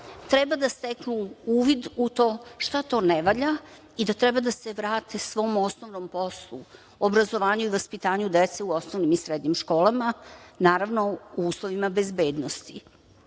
treba da steknu uvid u to šta to ne valja i da treba da se vrate svom osnovnom poslu, obrazovanju i vaspitanju dece u osnovnim i srednjim školama, naravno, u uslovima bezbednosti. Da